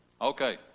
Okay